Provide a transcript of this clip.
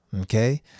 okay